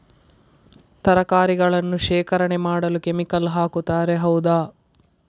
ತರಕಾರಿಗಳನ್ನು ಶೇಖರಣೆ ಮಾಡಲು ಕೆಮಿಕಲ್ ಹಾಕುತಾರೆ ಹೌದ?